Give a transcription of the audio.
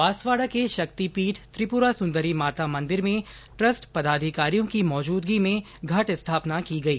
बांसवाड़ा के शक्ति पीठ त्रिपुरा सुंदरी माता मंदिर में ट्रस्ट पदाधिकारियों की मौजूदगी में घट स्थापना की गई